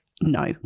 no